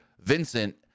Vincent